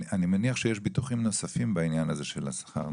אני מניח שיש ביטוחים נוספים בעניין הזה של השכר,